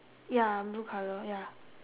ya blue colour ya